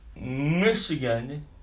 Michigan